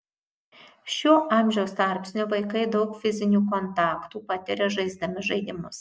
šiuo amžiaus tarpsniu vaikai daug fizinių kontaktų patiria žaisdami žaidimus